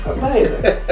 Amazing